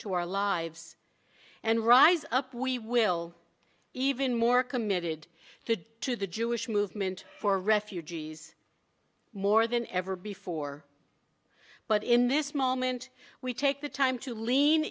to our lives and rise up we will even more committed to the jewish movement for refugees more than ever before but in this moment we take the time to lean